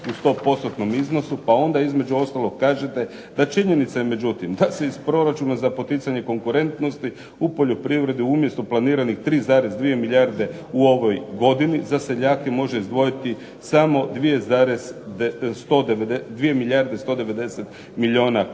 u 100% iznosu" Pa onda između ostalog kažete da činjenica je međutim da se iz proračuna za poticanje konkurentnosti u poljoprivredi umjesto planiranih 3,2 milijarde u ovoj godini za seljake može izdvojiti samo 2 milijarde